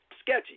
sketchy